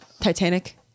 Titanic